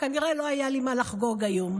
וכנראה לא היה לי מה לחגוג היום.